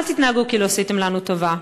ואל תתנהגו כאילו עשיתם לנו טובה.